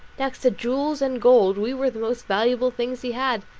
next to jewels and gold we were the most valuable things he had.